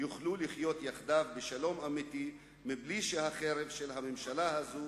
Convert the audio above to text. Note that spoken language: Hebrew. יוכלו לחיות יחדיו בשלום אמיתי מבלי שהחרב של הממשלה הזאת